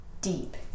deep